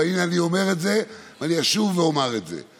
הינה, אני אומר את זה ואני אשוב ואומר את זה.